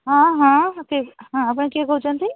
ହଁ ହଁ କିଏ ହଁ ଆପଣ କିଏ କହୁଛନ୍ତି